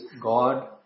God